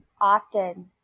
often